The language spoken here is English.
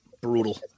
Brutal